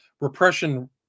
Repression